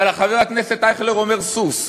אבל חבר הכנסת אייכלר אומר סוס.